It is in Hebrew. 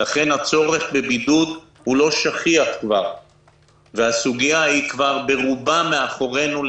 לכן הצורך בבידוד לא שכיח כבר והסוגיה כבר ברובה מאחורינו,